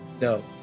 No